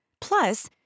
Plus